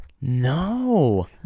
No